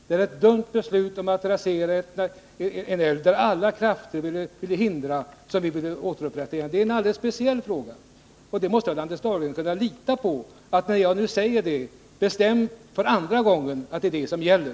Det är ett dumt beslut att förstöra en älv, som alla krafter vill hindra en utbyggnad av och som vi vill rädda. Det är en alldeles speciell fråga, och Anders Dahlgren måste kunna lita på att när jag nu säger detta bestämt för andra gången, så är det det som gäller.